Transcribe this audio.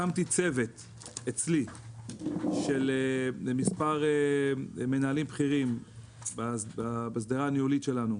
הקמתי צוות אצלי של מספר מנהלים בכירים בשדרה הניהולית שלנו,